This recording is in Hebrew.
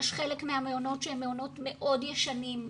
יש חלק מהמעונות שהם מעונות מאוד ישנים.